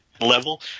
level